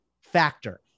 factor